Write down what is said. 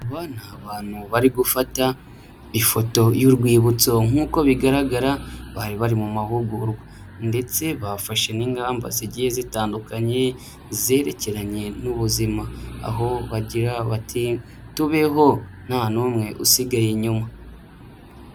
Aba ni abantu bari gufata ifoto y'urwibutso nk'uko bigaragara bari bari mu mahugurwa ndetse bafashe n'ingamba zigiye zitandukanye zerekeranye n'ubuzima, aho bagira bati tubeho nta n'umwe usigaye inyuma.